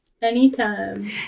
Anytime